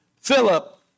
Philip